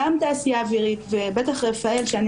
גם התעשייה האווירית ובטח רפאל שאני